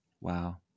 Wow